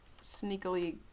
sneakily